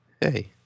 Hey